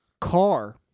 car